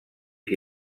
que